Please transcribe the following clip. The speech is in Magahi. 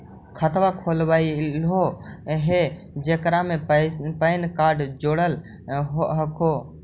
खातवा खोलवैलहो हे जेकरा मे पैन कार्ड जोड़ल हको?